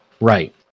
Right